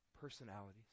personalities